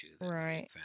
Right